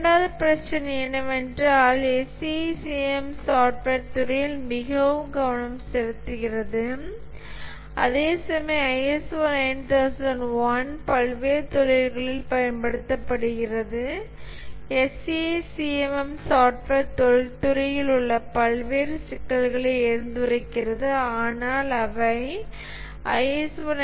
இரண்டாவது பிரச்சினை என்னவென்றால் SEI CMM சாஃப்ட்வேர் துறையில் மிகவும் கவனம் செலுத்துகிறது அதேசமயம் ISO 9001 பல்வேறு தொழில்களில் பயன்படுத்தப்படுகிறது SEI CMM சாஃப்ட்வேர் தொழில்துறையில் உள்ள பல்வேறு சிக்கல்களை எடுத்துரைக்கிறது ஆனால் அவை ISO